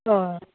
অঁ